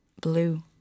blue